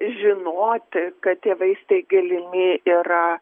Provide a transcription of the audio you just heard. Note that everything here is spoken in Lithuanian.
žinoti kad tie vaistai galimi yra